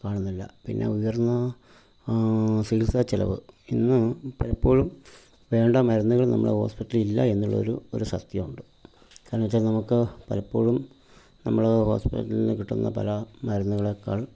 കാണുന്നില്ല പിന്നെ ഉയർന്ന ചികിത്സ ചിലവ് ഇന്ന് പലപ്പോഴും വേണ്ട മരുന്നുകൾ നമ്മളെ ഹോസ്പിറ്റലിൽ ഇല്ല എന്നുള്ള ഒരു ഒരു സത്യം ഉണ്ട് കാരണം വെച്ചാൽ നമുക്ക് പലപ്പോഴും നമ്മൾ ഹോസ്പിറ്റൽ കിട്ടുന്ന പല മരുന്നുകളേക്കാൾ